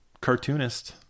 cartoonist